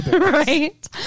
Right